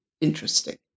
interesting